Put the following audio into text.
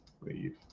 leave